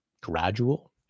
gradual